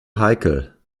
heikel